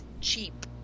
cheap